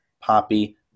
Poppy